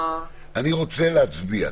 אני רוצה להצביע.